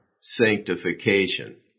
sanctification